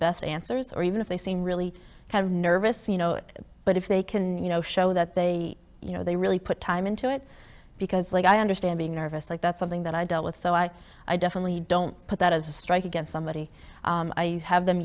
best answers or even if they seem really kind of nervous you know it but if they can you know show that they you know they really put time into it because like i understand being nervous like that's something that i dealt with so i i definitely don't put that as a strike against somebody have them